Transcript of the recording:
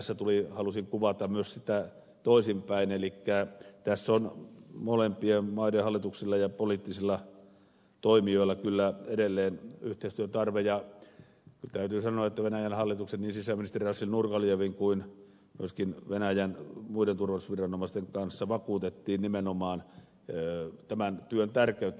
nyt tässä halusin kuvata sitä myös toisinpäin elikkä tässä on molempien maiden hallituksilla ja poliittisilla toimijoilla kyllä edelleen yhteistyön tarve ja täytyy sanoa että venäjän hallituksen niin sisäministeri rashid nurgaljevin kuin myöskin venäjän muiden turvallisuusviranomaisten kanssa vakuutettiin nimenomaan tämän työn tärkeyttä